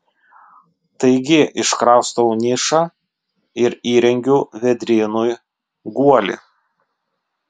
taigi iškraustau nišą ir įrengiu vėdrynui guolį